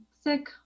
sick